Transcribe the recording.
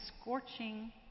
scorching